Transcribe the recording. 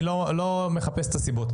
אני לא מחפש סיבות.